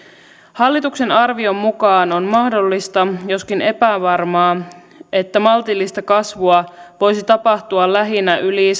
hallituksen arvion mukaan on mahdollista joskin epävarmaa että maltillista kasvua voisi tapahtua lähinnä yli